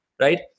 right